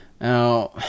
Now